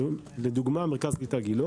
לדוגמה מרכז קליטה גילה